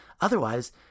Otherwise